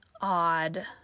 odd